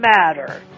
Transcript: matter